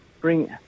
bring